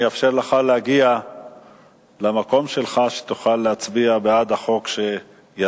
אני אאפשר לך להגיע למקומך כדי שתוכל להצביע בעד החוק שיזמת.